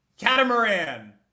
Catamaran